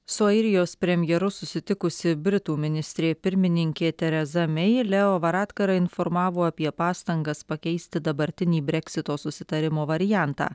su airijos premjeru susitikusi britų ministrė pirmininkė tereza mei leo varadkarą informavo apie pastangas pakeisti dabartinį breksito susitarimo variantą